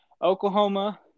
Oklahoma